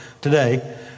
today